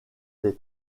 des